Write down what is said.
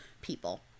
people